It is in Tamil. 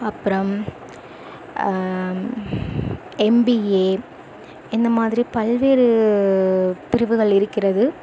அப்புறம் எம்பிஏ இந்த மாதிரி பல்வேறு பிரிவுகள் இருக்கிறது